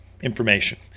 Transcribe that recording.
information